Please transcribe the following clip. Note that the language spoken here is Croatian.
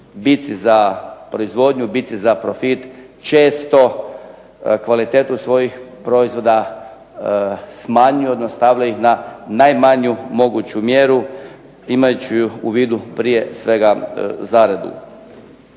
bitci za proizvodnju, bitci za profit često kvalitetu svojih proizvoda smanjuju odnosno stavljaju ih na najmanju moguću mjeru imajući u vidu prije svega zaradu.